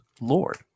Lord